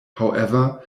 however